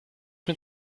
mit